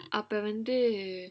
அப்ப வந்து:appa vandhu